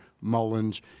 Mullins